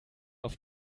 auf